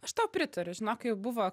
aš tau pritariu žinok jau buvo